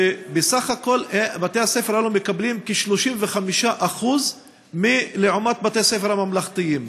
שבסך הכול בתי-הספר האלו מקבלים כ-35% לעומת בתי-הספר הממלכתיים.